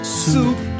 soup